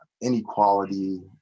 inequality